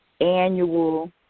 annual